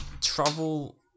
travel